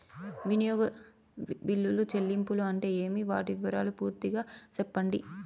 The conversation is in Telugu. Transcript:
వినియోగ బిల్లుల చెల్లింపులు అంటే ఏమి? వాటి వివరాలు పూర్తిగా సెప్పండి?